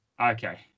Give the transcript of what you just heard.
Okay